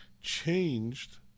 changed